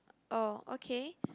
oh okay